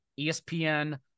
ESPN